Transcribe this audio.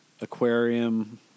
aquarium